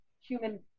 human